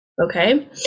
okay